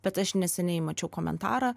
bet aš neseniai mačiau komentarą